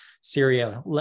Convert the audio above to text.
Syria